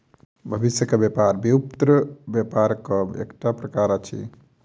भविष्यक व्यापार व्युत्पन्न व्यापारक एकटा प्रकार अछि